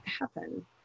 happen